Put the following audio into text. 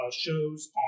shows